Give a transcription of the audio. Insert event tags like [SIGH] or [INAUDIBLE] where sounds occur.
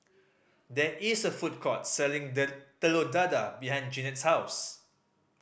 there is a food court selling [UNINTELLIGIBLE] Telur Dadah behind Jeannette's house